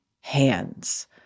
hands